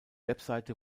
website